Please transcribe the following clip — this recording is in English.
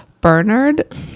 bernard